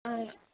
ஆ